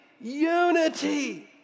unity